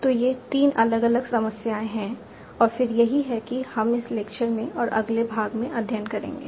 तो ये 3 अलग अलग समस्याएं हैं और फिर यही है कि हम इस लेक्चर में और अगले भाग में अध्ययन करेंगे